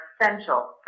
essential